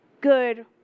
good